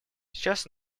сейчас